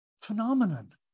phenomenon